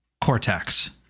Cortex